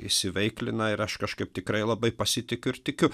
įsiveiklina ir aš kažkaip tikrai labai pasitikiu ir tikiu